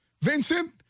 Vincent